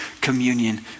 communion